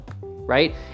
right